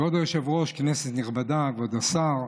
כבוד היושב-ראש, כנסת נכבדה, כבוד השר,